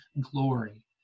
glory